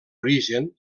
origen